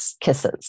kisses